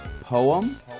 Poem